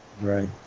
Right